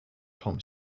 tom